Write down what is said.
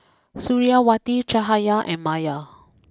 Suriawati Cahaya and Maya